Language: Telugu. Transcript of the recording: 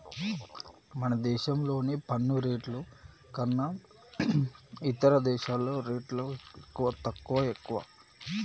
మన దేశంలోని పన్ను రేట్లు కన్నా ఇతర దేశాల్లో రేట్లు తక్కువా, ఎక్కువా